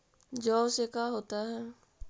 जौ से का होता है?